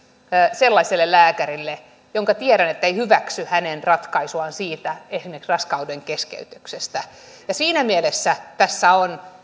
sellaiselle lääkärille josta tiedän ettei hyväksy hänen ratkaisuaan esimerkiksi raskaudenkeskeytyksestä ja siinä mielessä tässä on